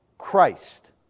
Christ